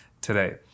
today